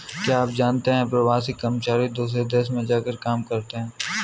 क्या आप जानते है प्रवासी कर्मचारी दूसरे देश में जाकर काम करते है?